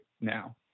now